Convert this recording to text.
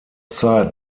zeit